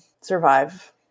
survive